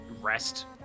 rest